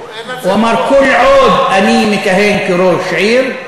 הוא אמר: כל עוד אני מכהן כראש עיר,